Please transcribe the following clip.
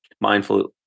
mindful